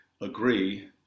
agree